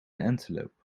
antelope